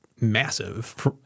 massive